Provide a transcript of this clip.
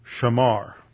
shamar